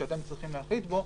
שאתם צריכים להחליט בו.